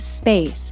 space